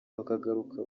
bakagaruka